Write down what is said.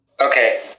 Okay